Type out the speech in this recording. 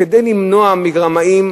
כדי למנוע מרמאים,